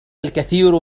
الكثير